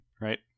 right